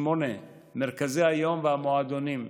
מרכזי היום והמועדונים: